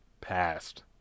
passed